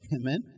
Amen